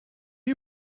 you